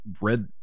Red